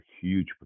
huge